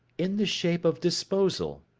in the shape of disposal.